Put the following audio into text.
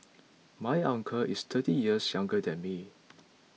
my uncle is thirty years younger than me